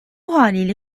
haliyle